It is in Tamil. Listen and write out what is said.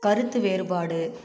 கருத்து வேறுபாடு